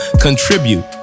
contribute